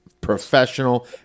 professional